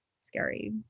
scary